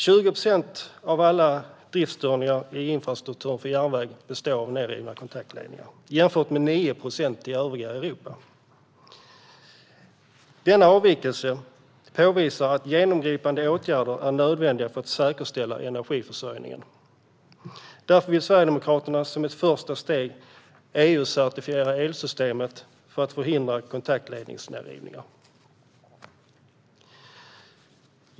20 procent av alla driftsstörningar i infrastrukturen för järnväg består av nedrivna kontaktledningar, jämfört med 9 procent i övriga Europa. Denna avvikelse påvisar att genomgripande åtgärder är nödvändiga för att säkerställa energiförsörjningen. Därför vill Sverigedemokraterna, som ett första steg, EU-certifiera elsystemetet för att förhindra kontaktledningsnedrivningar.